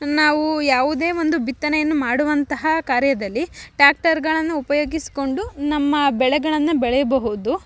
ನಾವು ಯಾವುದೇ ಒಂದು ಬಿತ್ತನೆಯನ್ನು ಮಾಡುವಂತಹ ಕಾರ್ಯದಲ್ಲಿ ಟ್ಯಾಕ್ಟರ್ಗಳನ್ನು ಉಪಯೋಗಿಸಿಕೊಂಡು ನಮ್ಮ ಬೆಳೆಗಳನ್ನು ಬೆಳೀಬಹುದು